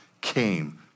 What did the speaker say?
came